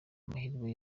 amahirwe